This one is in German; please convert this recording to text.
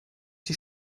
die